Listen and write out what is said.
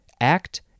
act